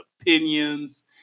opinions